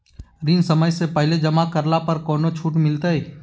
ऋण समय से पहले जमा करला पर कौनो छुट मिलतैय?